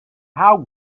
how